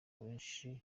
abenshi